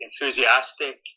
enthusiastic